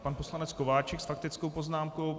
Pan poslanec Kováčik s faktickou poznámkou.